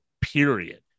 period